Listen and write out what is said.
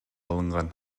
алынган